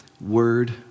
word